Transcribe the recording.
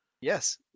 Yes